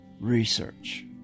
research